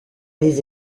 des